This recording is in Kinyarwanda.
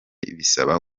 bisaba